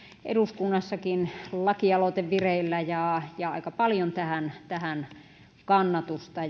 eduskunnassakin lakialoite vireillä ja ja aika paljon kannatusta